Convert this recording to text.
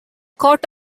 coat